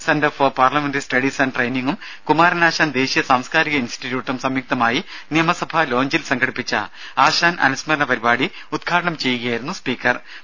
centre for parliamentary studies and ട്രെയിനിംഗും കുമാരനാശാൻ ദേശീയ സാംസ്കാരിക ഇൻസ്റ്റിറ്റ്യൂട്ടും സംയുക്തമായി നിയമസഭാ ലോഞ്ചിൽ സംഘടിപ്പിച്ച ആശാൻ അനുസ്മരണ പരിപാടി ഉദ്ഘാടനം ചെയ്യുകയായിരുന്നു അദ്ദേഹം